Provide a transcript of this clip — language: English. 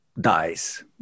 dies